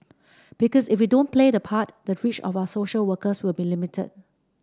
because if we don't play that part the reach of our social workers will be limited